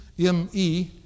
M-E